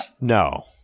No